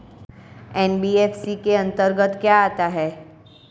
NBFC के अंतर्गत क्या आता है?